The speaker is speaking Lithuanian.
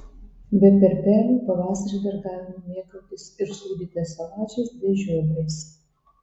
be perpelių pavasarį dar galima mėgautis ir sūdytais salačiais bei žiobriais